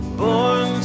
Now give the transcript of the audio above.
born